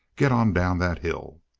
git on down that hill!